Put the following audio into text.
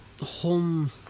home